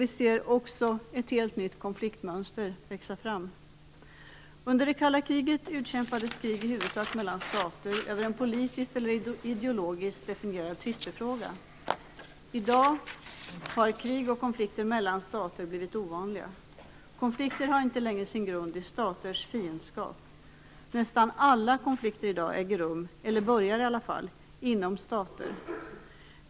Vi ser också ett helt nytt konfliktmönster växa fram. Under det kalla kriget utkämpades krig i huvudsak mellan stater över en politiskt eller ideologiskt definierad tvistefråga. I dag har krig och konflikter mellan stater blivit ovanliga. Konflikter har inte längre sin grund i staters fiendskap. Nästan alla konflikter i dag äger rum eller åtminstone börjar inom stater.